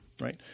right